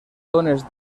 tones